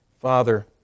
Father